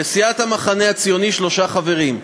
לסיעת המחנה הציוני שלושה חברים,